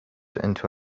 into